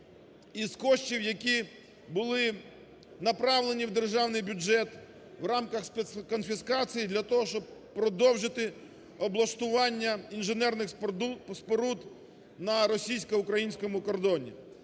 із коштів, які були направлені в державний бюджет в рамках спецконфіскацій для того, щоб продовжити облаштування інженерних споруд на російсько-українському кордоні.